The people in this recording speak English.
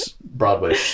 Broadway